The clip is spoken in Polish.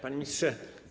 Panie Ministrze!